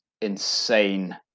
insane